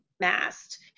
masked